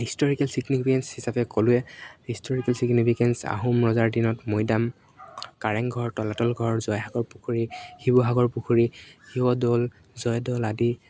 historical significance হিচাপে ক'লোঁৱে historical significance Ahom ৰজাৰ দিনত মৈদাম কাৰেংঘৰ তলাতল ঘৰ জয়সাগৰ পুখুৰী শিৱসাগৰ পুখুৰী শিৱদৌল জয়দৌল আদি